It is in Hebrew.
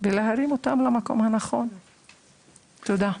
ולהרים אותם אל המקום הנכון, תודה.